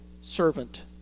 servant